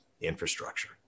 infrastructure